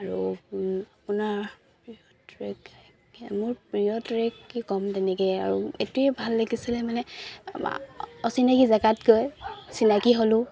আৰু আপোনাৰ প্ৰিয় ট্ৰেক মোৰ প্ৰিয় ট্ৰেক কি ক'ম তেনেকৈ আৰু এইটোৱে ভাল লাগিছিলে মানে অচিনাকী জেগাত গৈ চিনাকি হ'লো